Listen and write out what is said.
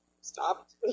stopped